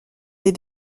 des